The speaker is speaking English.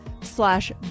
slash